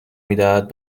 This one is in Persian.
میدهد